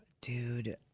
Dude